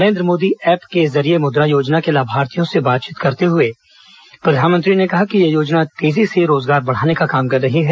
Narendra Modi app के जरिये मुद्रा योजना के लाभार्थियों से बातचीत में प्रधानमंत्री ने कहा कि यह योजना तेजी से रोजगार बढ़ाने का काम कर रही है